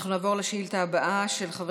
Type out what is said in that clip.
חבר